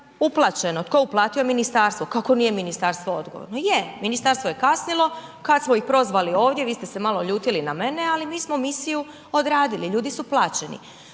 uplaćeno. Tko je uplatio? Ministarstvo. Kako nije ministarstvo odgovorno? Je, ministarstvo je kasnilo, kada smo ih prozvali ovdje vi ste se malo ljutili na mene, ali mi smo misiju odradili, ljudi su plaćeni.